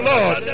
Lord